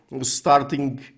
starting